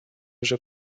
вже